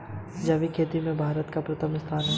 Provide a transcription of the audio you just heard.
जैविक खेती में भारत का प्रथम स्थान है